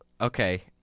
Okay